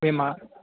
మేమా